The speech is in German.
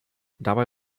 dabei